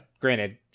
granted